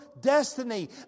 destiny